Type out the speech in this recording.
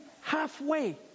halfway